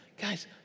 guys